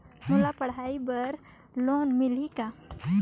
मोला पढ़ाई बर लोन मिलही का?